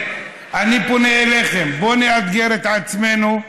אני פונה אליכם: בואו נאתגר את עצמנו.